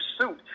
suit